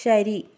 ശരി